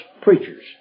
preachers